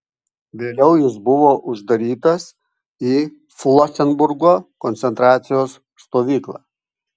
vėliau jis buvo uždarytas į flosenburgo koncentracijos stovyklą